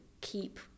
keep